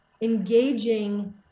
engaging